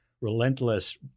relentless